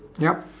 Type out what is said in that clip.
yup